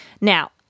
Now